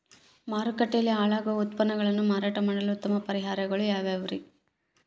ಮಾರುಕಟ್ಟೆಯಲ್ಲಿ ಹಾಳಾಗುವ ಉತ್ಪನ್ನಗಳನ್ನ ಮಾರಾಟ ಮಾಡಲು ಉತ್ತಮ ಪರಿಹಾರಗಳು ಯಾವ್ಯಾವುರಿ?